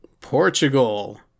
Portugal